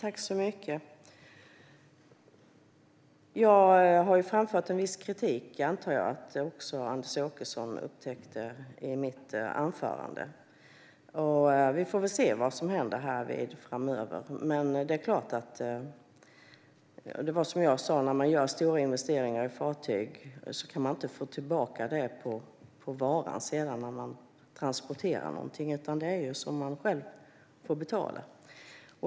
Fru talman! Jag har framfört viss kritik; det antar jag att också Anders Åkesson upptäckte i mitt anförande. Vi får väl se vad som händer härvid framöver. Men som jag sa: När man gör stora investeringar i fartyg kan man inte få tillbaka det på varan när man sedan transporterar någonting, utan det är något som man själv får betala.